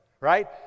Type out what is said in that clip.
right